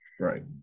Right